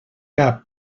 cap